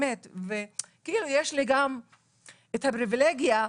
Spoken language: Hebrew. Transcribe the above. וכאילו יש לי גם את הפריבילגיה,